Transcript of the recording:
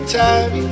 time